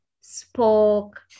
spoke